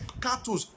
cattle